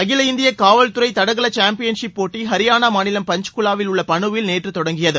அகில இந்திய காவல்துறை தடகள சாம்பியன்ஷிப் போட்டி ஹரியானா மாநிலம் பன்ச்குவாவில் உள்ள பனுவில் நேற்று தொடங்கியது